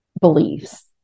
beliefs